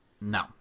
No